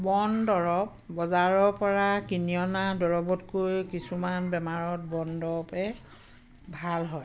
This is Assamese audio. বনদৰৱ বজাৰৰপৰা কিনি অনা দৰৱতকৈ কিছুমান বেমাৰত বনদৰৱে ভাল হয়